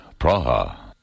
Praha